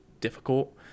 difficult